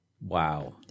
Wow